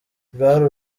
rwari